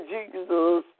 Jesus